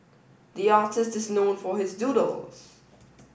the artist is known for his doodles